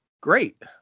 great